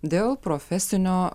dėl profesinio